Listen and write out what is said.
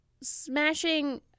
smashing